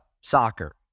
soccer